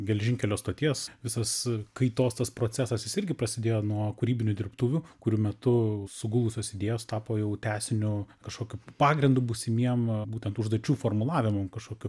geležinkelio stoties visas kaitos tas procesas jis irgi prasidėjo nuo kūrybinių dirbtuvių kurių metu sugulusios idėjos tapo jau tęsiniu kažkokiu pagrindu būsimiem būtent užduočių formulavimam kažkokiu